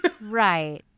right